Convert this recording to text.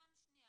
דבר שני,